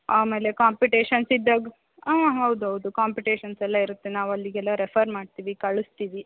ಆಮೇಲೆ ಕಾಂಪಿಟೇಷನ್ಸ್ ಇದ್ದಾಗ ಹಾಂ ಹೌದೌದು ಕಾಂಪಿಟೇಷನ್ಸೆಲ್ಲ ಇರುತ್ತೆ ನಾವಲ್ಲಿಗೆಲ್ಲಾ ರೆಫರ್ ಮಾಡ್ತೀವಿ ಕಳಿಸ್ತೀವಿ